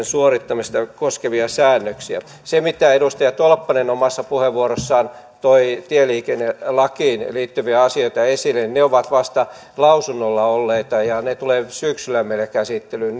suorittamista koskevia säännöksiä edustaja tolppanen omassa puheenvuorossaan toi tieliikennelakiin liittyviä asioita esille niin ne asiat ovat vasta lausunnolla olleita ja tulevat syksyllä meille käsittelyyn